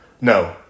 No